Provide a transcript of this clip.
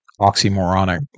oxymoronic